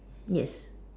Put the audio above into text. yes